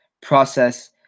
process